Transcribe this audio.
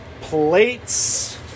plates